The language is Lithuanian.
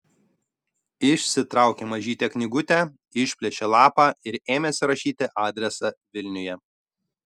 išsitraukė mažytę knygutę išplėšė lapą ir ėmėsi rašyti adresą vilniuje